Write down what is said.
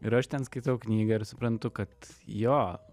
ir aš ten skaitau knygą ir suprantu kad jo